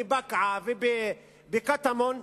בבקעה ובקטמון,